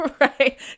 Right